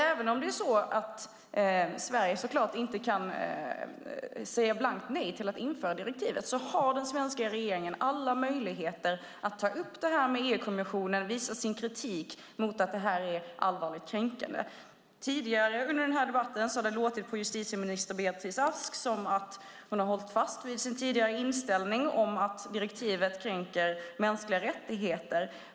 Även om Sverige inte kan säga blankt nej till att införa direktivet har den svenska regeringen alla möjligheter att ta upp detta med EU-kommissionen och visa sin kritik mot att detta är allvarligt kränkande. Tidigare under denna debatt har det låtit på som att justitieminister Beatrice Ask har hållit fast vid sin tidigare inställning att direktivet kränker mänskliga rättigheter.